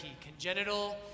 congenital